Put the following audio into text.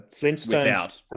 Flintstones